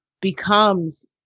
becomes